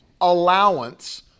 allowance